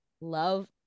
love